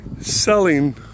selling